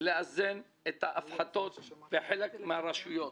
לאזן את ההפחתות בחלק מן הרשויות.